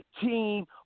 team